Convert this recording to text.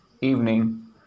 evening